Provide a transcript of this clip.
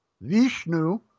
Vishnu